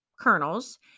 kernels